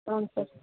అవును సార్